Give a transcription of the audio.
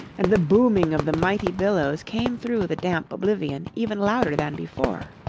and the booming of the mighty billows came through the damp oblivion even louder than before.